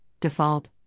default